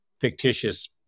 fictitious